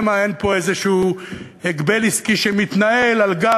שמא אין פה איזה הגבל עסקי שמתנהל על גב